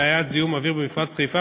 בעיית זיהום אוויר במפרץ חיפה,